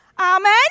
Amen